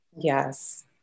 Yes